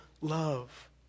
love